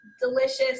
delicious